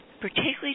particularly